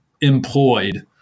employed